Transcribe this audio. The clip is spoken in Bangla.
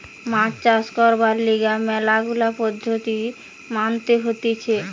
মাছ চাষ করবার লিগে ম্যালা গুলা পদ্ধতি মানতে হতিছে